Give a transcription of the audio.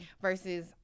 versus